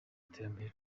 iterambere